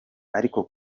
ariko